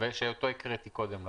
ושאותו קראתי קודם לכן.